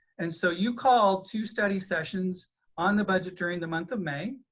and so you called two study sessions on the budget during the month of may.